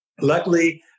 luckily